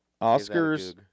Oscar's